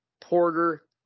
Porter